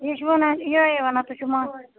یہِ چھُ وَنان یِہےَ وَنان تُہۍ چھِِو مانٛچھ